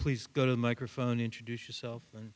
please go to the microphone introduce yourself and